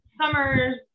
summers